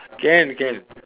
can can